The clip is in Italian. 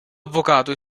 avvocato